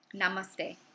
Namaste